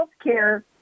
healthcare